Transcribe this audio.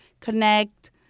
connect